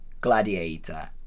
Gladiator